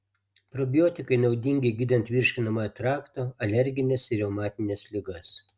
probiotikai naudingi gydant virškinamojo trakto alergines ir reumatines ligas